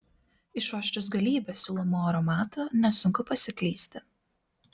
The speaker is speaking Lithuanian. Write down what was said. išuosčius galybę siūlomų aromatų nesunku pasiklysti